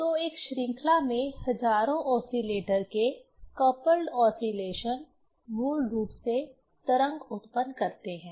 तो एक श्रृंखला में हजारों ओसीलेटर के कपल्ड ओसीलेशन मूल रूप से तरंग उत्पन्न करते हैं